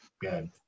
Good